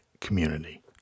community